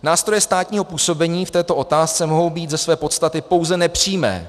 Nástroje státního působení v této otázce mohou být ze své podstaty pouze nepřímé.